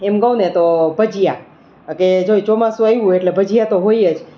એમ કહુને તો ભજીયા કે જો ચોમાસું આવ્યું એટલે ભજીયા તો હોય જ